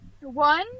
one